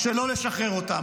שלא לשחרר אותם,